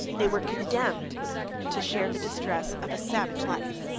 they were condemned to share the distress of a savage life.